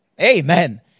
Amen